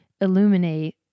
illuminate